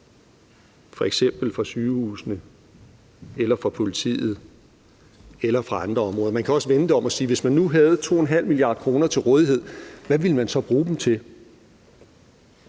f.eks. fra sygehusene eller fra politiet eller fra andre områder. Kl. 11:00 Man kan også vende det om og sige, at hvis man nu havde 2,5 mia. kr. til rådighed, hvad ville man så bruge dem til?